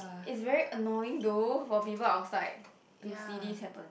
it's very annoying though for people outside to see this happen